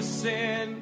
sin